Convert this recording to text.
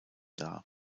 dar